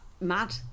mad